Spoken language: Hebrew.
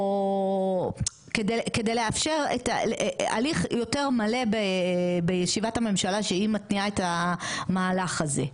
או כדי לאפשר את הליך יותר מלא בישיבת הממשלה שהיא מתניעה את המהלך הזה.